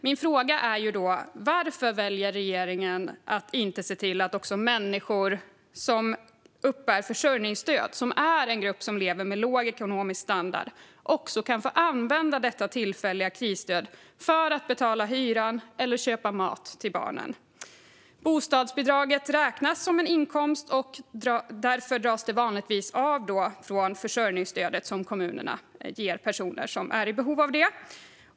Min fråga är dock varför regeringen inte väljer att se till att människor som uppbär försörjningsstöd, en grupp som lever med låg ekonomisk standard, också kan få använda detta tillfälliga krisstöd för att betala hyran eller köpa mat till barnen. Bostadsbidraget räknas som en inkomst och dras därför vanligtvis av från försörjningsstödet som kommunerna ger personer som är i behov av det.